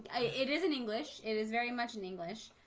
it is in english, it is very much in english,